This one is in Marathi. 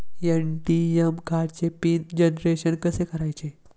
ए.टी.एम कार्डचे पिन जनरेशन कसे करायचे?